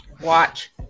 Watch